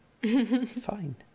Fine